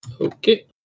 Okay